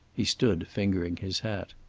he stood fingering his hat.